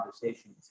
conversations